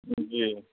जी